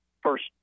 first